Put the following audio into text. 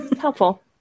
helpful